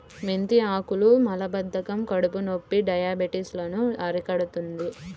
మెంతి ఆకులు మలబద్ధకం, కడుపునొప్పి, డయాబెటిస్ లను అరికడుతుంది